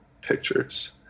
pictures